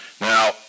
Now